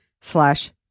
slash